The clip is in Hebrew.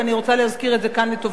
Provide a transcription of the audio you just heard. ואני רוצה להזכיר את זה כאן לטובה.